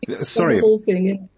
Sorry